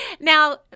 Now